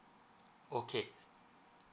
okay